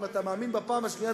ואם אתה מאמין בפעם השנייה,